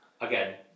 Again